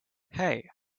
hey